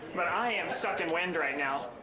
but i am sucking wind right now.